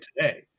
today